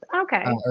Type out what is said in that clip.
okay